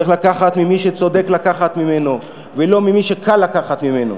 צריך לקחת ממי שצודק לקחת ממנו ולא ממי שקל לקחת ממנו.